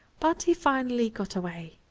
but he finally got away.